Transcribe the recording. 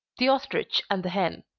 the ostrich and the hen